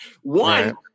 one